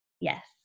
yes